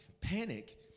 Panic